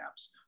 apps